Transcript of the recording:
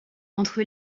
entre